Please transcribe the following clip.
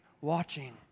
watching